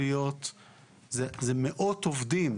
אלה מאות עובדים,